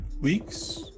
weeks